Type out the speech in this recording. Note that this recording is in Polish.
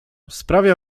sprawia